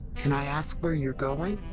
can i ask where you're going?